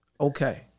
Okay